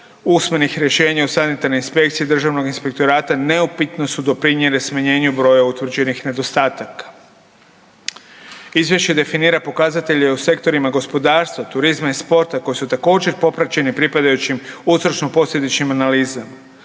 usmenih rješenja u sanitarnoj inspekciji Državnog inspektorata neupitno su doprinijele smanjenju broja utvrđenih nedostataka. Izvješće definira pokazatelje u sektorima gospodarstva, turizma i sporta koji su također popraćeni pripadajućim uzročno posljedičnim analizama.